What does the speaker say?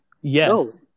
Yes